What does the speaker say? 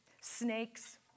Snakes